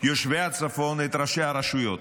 יושבי הצפון, את ראשי הרשויות,